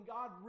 God